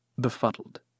befuddled